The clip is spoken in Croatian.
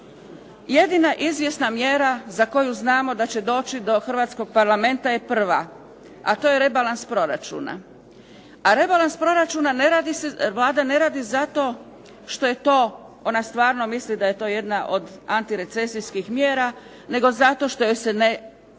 Jedina izvjesna mjera za koju znamo da će doći do Hrvatskog parlamenta je prva, a to je rebalans proračuna. A rebalans proračuna Vlada ne radi zato što ona stvarno misli da je to jedna od antirecesijskih mjera nego zato što joj se ne puni